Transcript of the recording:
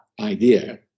idea